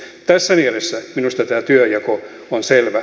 tässä mielessä minusta tämä työnjako on selvä